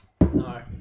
No